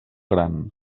gran